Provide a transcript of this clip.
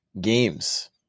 games